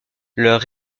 leur